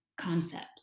concepts